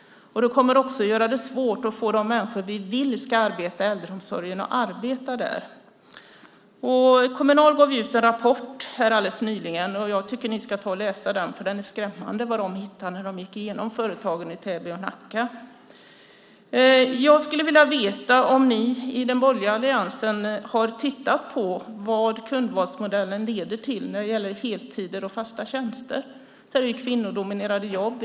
Det kommer också att göra det svårt att få de människor vi vill ska arbeta i äldreomsorgen att arbeta där. Kommunal gav ut en rapport alldeles nyligen. Jag tycker att ni ska ta och läsa den, för det är skrämmande vad de hittade när de gick igenom företagen i Täby och Nacka. Jag skulle vilja veta om ni i den borgerliga alliansen har tittat på vad kundvalsmodellen leder till när det gäller heltider och fasta tjänster. Det är kvinnodominerade jobb.